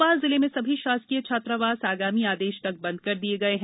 भोपाल जिले में सभी शासकीय छात्रावास आगामी आदेश तक बंद कर दिये गए हैं